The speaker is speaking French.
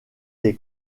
des